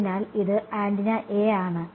അതിനാൽ ഇത് antenna A ആണ്